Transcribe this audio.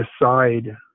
decide